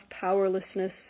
powerlessness